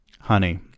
Honey